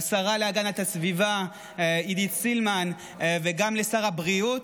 לשרה להגנת הסביבה עידית סילמן וגם לשר הבריאות,